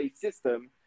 system